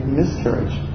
miscarriage